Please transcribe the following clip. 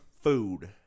Food